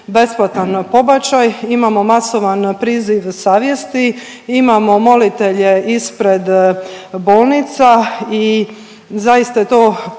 besplatan pobačaj. Imamo masovan priziv savjesti, imamo molitelje ispred bolnica i zaista je to